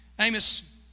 Amos